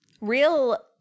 real